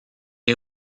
est